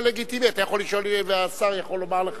זה לגיטימי, אתה יכול לשאול והשר יכול לומר לך,